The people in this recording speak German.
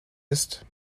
ist